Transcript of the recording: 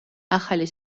ახალი